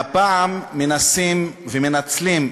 והפעם מנסים ומנצלים,